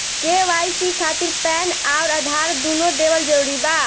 KYC खातिर PAN आउर आधार दुनों देवल जरूरी बा?